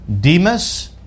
Demas